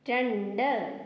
രണ്ട്